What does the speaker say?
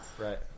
Right